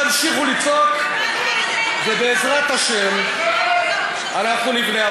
תמשיכו לצעוק, ובעזרת השם, אנחנו נבנה.